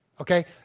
Okay